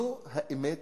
זו האמת